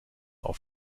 auf